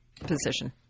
position